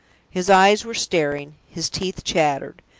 his eyes were staring, his teeth chattered.